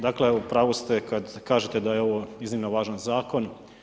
Dakle u pravu ste kad kažete da je ovo iznimno važan zakon.